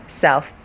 self